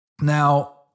Now